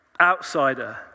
outsider